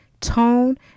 tone